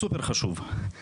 סופר חשוב.